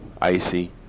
icy